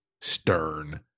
stern